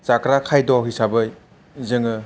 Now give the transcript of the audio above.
जाग्रा खायद' हिसाबै जोङो